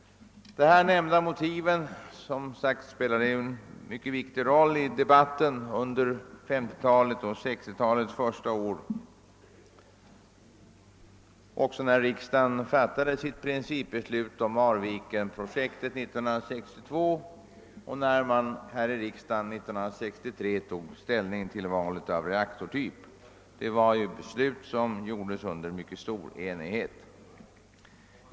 De här nämnda motiven spelade som sagt en viktig roll i debatten under 1950-talet och under 1960-talets första år men också när riksdagen fattade sitt beslut om Marvikenprojektet 1962 och när vi 1963 tog ställning till valet av reaktortyp. Dei var ett beslut som togs under mycket stor enighet.